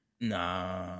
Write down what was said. Nah